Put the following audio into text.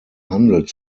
handel